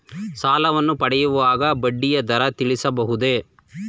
ಸಾಲವನ್ನು ಪಡೆಯುವಾಗ ಬಡ್ಡಿಯ ದರ ತಿಳಿಸಬಹುದೇ?